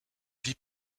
vie